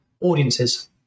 audiences